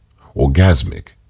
orgasmic